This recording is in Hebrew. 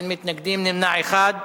בעד, 9, אין מתנגדים, נמנע אחד.